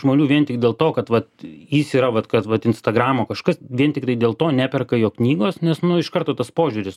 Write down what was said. žmonių vien tik dėl to kad vat jis yra vat kad vat instagramo kažkas vien tiktai dėl to neperka jo knygos nes nu iš karto tas požiūris